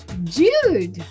Jude